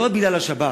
לא רק בגלל השבת,